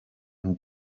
and